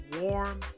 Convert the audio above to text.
warm